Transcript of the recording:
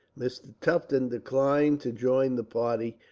mr. tufton declined to join the party,